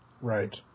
Right